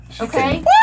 Okay